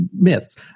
myths